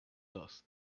dust